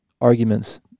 arguments